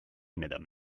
madame